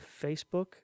Facebook